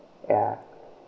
ya